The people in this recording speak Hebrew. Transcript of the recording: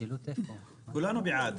כולנו בעד.